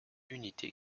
unité